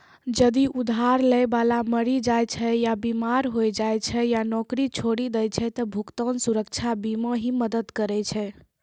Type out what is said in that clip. जदि उधार लै बाला मरि जाय छै या बीमार होय जाय छै या नौकरी छोड़ि दै छै त भुगतान सुरक्षा बीमा ही मदद करै छै